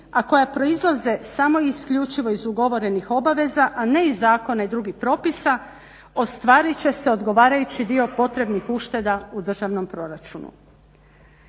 a koja proizlaze samo isključivo iz ugovorenih obaveza a ne iz zakona i drugih propisa ostvarit će se odgovarajući dio potrebnih ušteda u državnom proračunu,